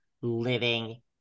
living